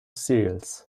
cereals